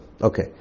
okay